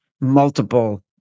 multiple